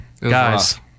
Guys